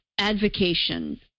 advocation